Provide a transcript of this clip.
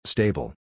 Stable